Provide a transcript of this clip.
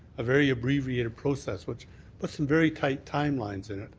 a very abbreviated process which puts some very tight time lines in it.